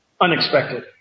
unexpected